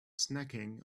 snacking